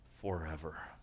forever